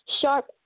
sharp